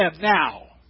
now